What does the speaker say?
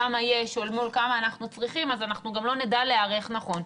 כמה יש אל מול כמה אנחנו צריכים אז אנחנו גם לא נדע להיערך נכון.